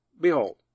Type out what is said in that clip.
Behold